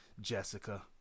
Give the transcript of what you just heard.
Jessica